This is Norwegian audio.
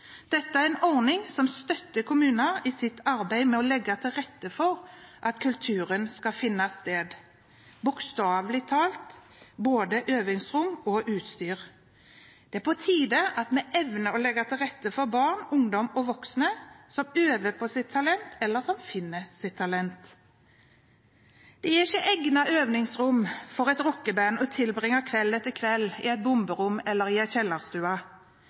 Dette er en ordning som støtter kommuner i deres arbeid med å legge til rette for at kulturen skal finne sted – bokstavelig talt – med både øvingsrom og utstyr. Det er på tide at vi evner å legge til rette for barn, ungdom og voksne som øver på sitt talent, eller som finner sitt talent. Det er ikke egnet øvingsrom for et rockeband å tilbringe kveld etter kveld i et bomberom eller i